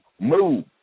move